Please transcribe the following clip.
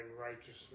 righteousness